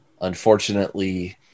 Unfortunately